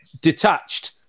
detached